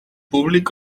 públic